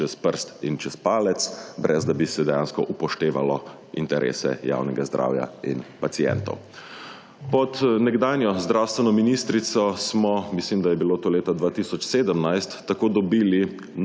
čez prst in čez palec, brez, da bi se dejansko upoštevalo interese javnega zdravja in pacientov. Pod nekdanjo zdravstveno ministrico smo, mislim, da je bilo to leta 2017, tako dobili